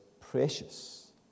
precious